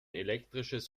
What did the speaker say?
elektrisches